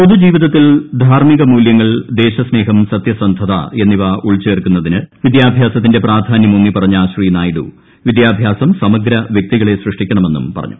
പൊതുജീവിതത്തിൽ ധാർമികമൂലൃങ്ങൾ ദേശസ്നേഹം സത്യസന്ധത എന്നിവ ഉൾചേർക്കുന്നതിന് വിദ്യാഭ്യാസത്തിന്റെ പ്രാധാന്യം ഊന്നി പറഞ്ഞ ശ്രീ നായിഡു വിദ്യാഭ്യാസം സമഗ്ര വ്യക്തികളെ സൃഷ്ടിക്കണമെന്നും പറഞ്ഞു